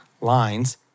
lines